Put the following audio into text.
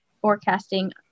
forecasting